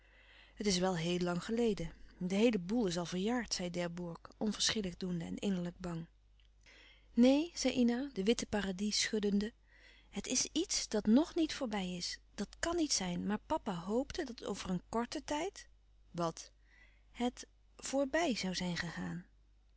het is wel heel lang geleden de heele boel is al verjaard zei d'herbourg onverschillig doende en innerlijk bang neen zei ina de witte paradis schuddende het is iets dat nog niet voorbij is dat kàn niet zijn maar papa hoopte dat over een krten tijd wat het voorbij zoû zijn gegaan